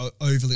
overly